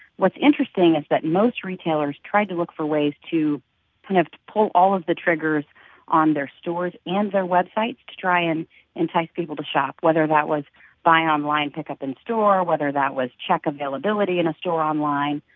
what's interesting is that most retailers tried to look for ways to kind of pull all of the triggers on their stores and their websites to try and entice people to shop, whether that was buy online, online, pickup in store or whether that was check availability in a store online.